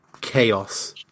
chaos